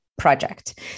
project